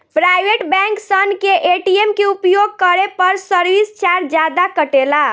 private bank सन के ATM के उपयोग करे पर सर्विस चार्ज जादा कटेला